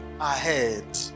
ahead